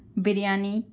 biryani